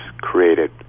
created